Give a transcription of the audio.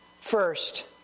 First